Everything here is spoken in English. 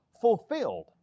fulfilled